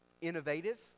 innovative